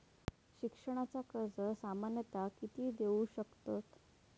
शिक्षणाचा कर्ज सामन्यता किती देऊ शकतत?